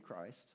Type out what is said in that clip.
Christ